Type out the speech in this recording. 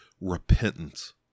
repentance